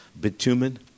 bitumen